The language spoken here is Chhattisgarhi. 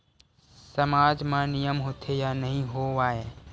सामाज मा नियम होथे या नहीं हो वाए?